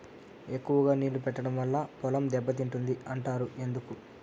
ఎక్కువగా నీళ్లు పెట్టడం వల్ల పొలం దెబ్బతింటుంది అంటారు ఎందుకు?